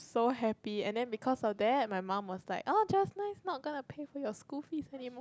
so happy and then because of that my mum was like oh just nice not gonna pay for your school fees anymore